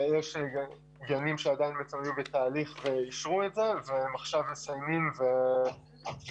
יש גנים שעדיין לצערי בתהליך ואישרו את זה ועכשיו הם מסיימים ויקבלו.